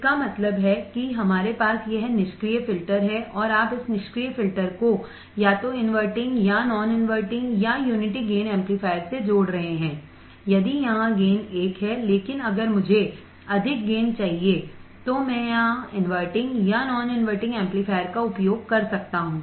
इसका मतलब है कि हमारे पास यह निष्क्रिय फ़िल्टर है और आप इस निष्क्रिय फ़िल्टर को या तो inverting या non inverting या unity gain amplifier से जोड़ रहे हैं यदि यहाँ गेन एक है लेकिन अगर मुझे अधिक गेन चाहिए तो मैं यहाँ inverting या non inverting एम्पलीफायर का उपयोग कर सकता हूँ